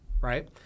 right